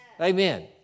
Amen